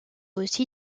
aussi